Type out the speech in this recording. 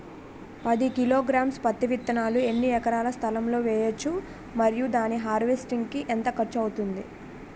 పది కిలోగ్రామ్స్ పత్తి విత్తనాలను ఎన్ని ఎకరాల స్థలం లొ వేయవచ్చు? మరియు దాని హార్వెస్ట్ కి ఎంత ఖర్చు అవుతుంది?